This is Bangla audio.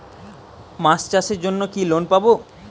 মাছ চাষের জন্য কি লোন পাব?